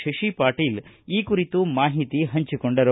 ಶಶಿ ಪಾಟೀಲ ಈ ಕುರಿತು ಮಾಹಿತಿ ಹಂಚಿಕೊಂಡರು